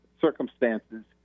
circumstances